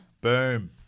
Boom